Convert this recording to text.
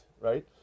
right